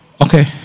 Okay